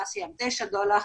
באסיה הם תשע דולר,